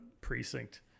precinct